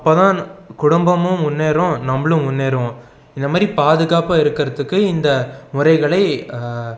அப்போ தான் குடும்பமும் முன்னேறும் நம்பளும் முன்னேறுவோம் இந்த மாதிரி பாதுகாப்பாக இருக்கிறதுக்கு இந்த முறைகளை